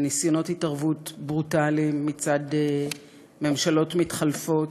לניסיונות התערבות ברוטליים מצד ממשלות מתחלפות.